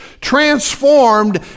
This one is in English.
transformed